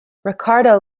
ricardo